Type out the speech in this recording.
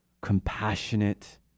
compassionate